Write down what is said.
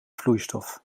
vloeistof